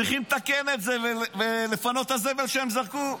צריכים לתקן את זה ולפנות את הזבל שהם זרקו.